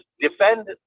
defend